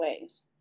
ways